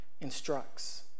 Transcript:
instructs